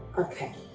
okay.